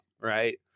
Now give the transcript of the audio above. right